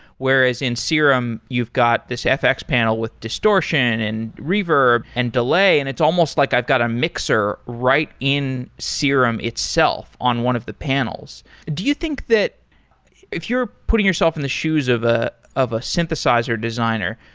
whereas in serum, you've got this fx panel with distortion, and reverb, and delay and it's almost like i've got a mixer right in serum itself on one of the panels. do you think that if you're putting yourself in the shoes of ah of a synthesizer designer,